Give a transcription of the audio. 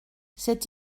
c’est